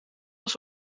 als